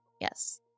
Yes